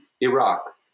Iraq